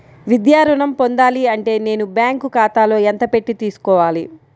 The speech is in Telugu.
విద్యా ఋణం పొందాలి అంటే నేను బ్యాంకు ఖాతాలో ఎంత పెట్టి తీసుకోవాలి?